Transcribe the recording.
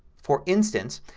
for instance,